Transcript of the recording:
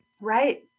Right